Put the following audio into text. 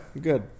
good